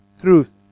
truth